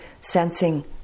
sensing